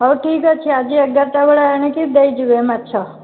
ହଉ ଠିକ୍ ଅଛି ଆଜି ଏଗାରଟା ବେଳେ ଆଣିକି ଦେଇଯିବେ ମାଛ